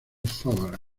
fabra